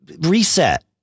reset